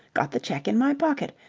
got the cheque in my pocket.